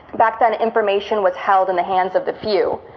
back then, information was held in the hands of the few,